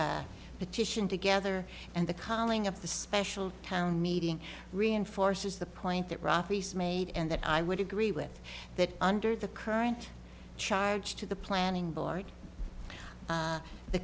petition together and the coming of the special town meeting reinforces the point that ravi's made and that i would agree with that under the current charge to the planning board